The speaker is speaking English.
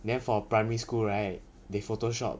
then for primary school right they photoshop